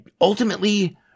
ultimately